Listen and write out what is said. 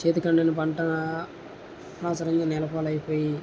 చేతికి అందిన పంట అనవసరంగా నేలపాలైపోయి